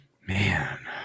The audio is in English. Man